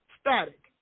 static